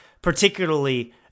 particularly